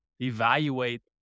evaluate